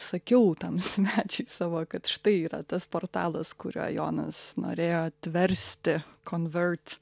sakiau tam svečiui savo kad štai yra tas portalas kuriuo jonas norėjo atversti convert